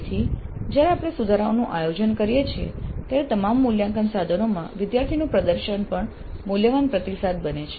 તેથી જ્યારે આપણે સુધારાઓનું આયોજન કરીએ છીએ ત્યારે તમામ મૂલ્યાંકન સાધનોમાં વિદ્યાર્થીનું પ્રદર્શન પણ મૂલ્યવાન પ્રતિસાદ બને છે